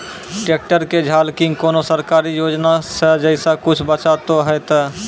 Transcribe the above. Tractor के झाल किंग कोनो सरकारी योजना छ जैसा कुछ बचा तो है ते?